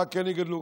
מה כן יגדלו?